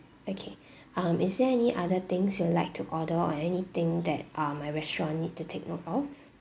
okay um is there any other things you'd like to order or anything that uh my restaurant need to take note of